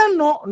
no